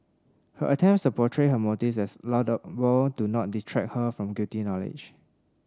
her attempts to portray her motives as laudable do not detract her from guilty knowledge